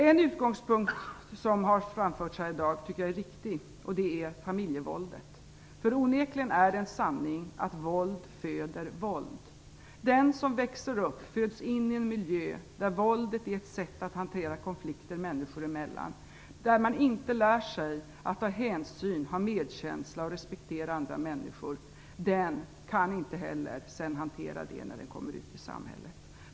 En utgångspunkt som har framförts här i dag är familjevåldet, och det tycker jag är riktigt. Onekligen är det en sanning att våld föder våld. Den som föds in i och växer upp i en miljö där våldet är ett sätt att hantera konflikter människor emellan, en miljö där man inte lär sig att ta hänsyn, ha medkänsla eller respektera andra människor kan inte heller hantera det sedan när den kommer ut i samhället.